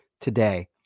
today